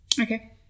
Okay